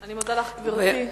אני מודה לך, גברתי.